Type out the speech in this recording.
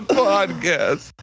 podcast